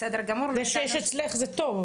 זה שיש אצלך זה טוב,